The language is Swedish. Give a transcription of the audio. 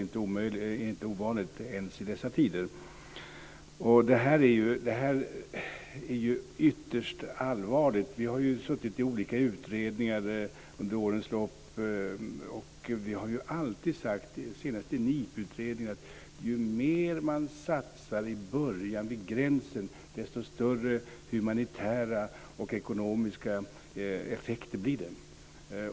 Det är inte ovanligt ens i dessa tider. Det här är ytterst allvarligt. Vi har ju suttit i olika utredningar under årens lopp, och vi har alltid sagt, senast i NIPU-utredningen, att ju mer man satsar i början vid gränsen desto större humanitära och ekonomiska effekter blir det.